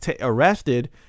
arrested